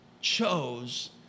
chose